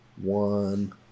One